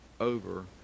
over